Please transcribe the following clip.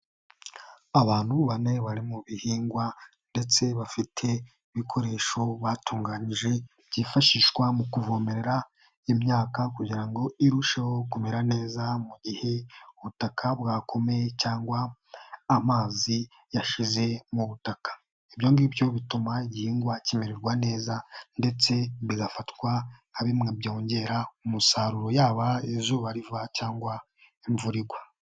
Abantu bane bari mu bihingwa ndetse bafite n' ibikoresho batunganyije byifashishwa mu kuvomerera imyaka kugira ngo irusheho kumera neza mu gihe ubutaka bwakomeye cyangwa amazi yashize mu butaka. IByo ngibyo bituma igihingwa kimererwa neza ndetse bigafatwa nka bimwe byongera umusaruro yaba izuba riva cyangwa imvura igwa.